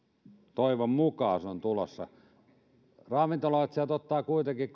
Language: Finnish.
toivon mukaan se on tulossa ravintoloitsijat ottavat kuitenkin